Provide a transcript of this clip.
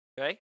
Okay